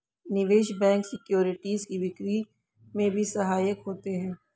निवेश bank securities की बिक्री में भी सहायक होते हैं